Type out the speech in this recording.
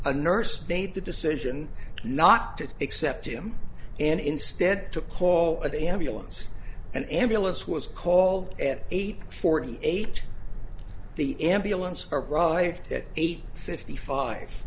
a nurse made the decision not to accept him and instead to call that ambulance an ambulance was called at eight forty eight the ambulance arrived at eight fifty five